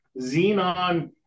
xenon